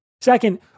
Second